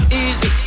easy